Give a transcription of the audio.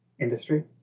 industry